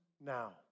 now